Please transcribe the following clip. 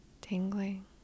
tingling